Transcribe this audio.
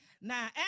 Now